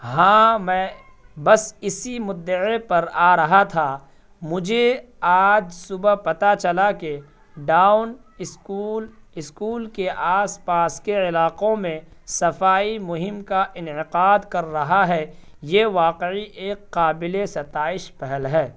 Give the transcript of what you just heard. ہاں میں بس اسی مدعے پر آ رہا تھا مجھے آج صبح پتہ چلا کہ ڈاؤن اسکول اسکول کے آس پاس کے علاقوں میں صفائی مہم کا انعقاد کر رہا ہے یہ واقعی ایک قابل ستائش پہل ہے